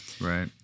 Right